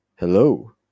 Hello